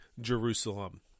Jerusalem